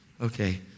Okay